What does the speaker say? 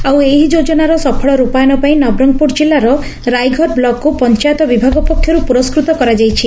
ଆଉ ଏହି ଯୋଜନାର ସଫଳ ରୂପାୟନ ପାଇଁ ନବରଙ୍ଙପୁର ଜିଲ୍ଲାର ରାଇଘର ବ୍ଲକକୁ ପଞାୟତ ବିଭାଗ ପକ୍ଷରୁ ପୁରସ୍କୃତ କରାଯାଇଛି